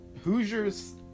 Hoosiers